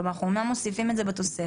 אומנם אנחנו מוסיפים את זה בתוספת,